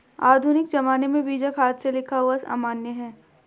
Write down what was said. आधुनिक ज़माने में बीजक हाथ से लिखा हुआ अमान्य है